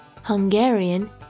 Hungarian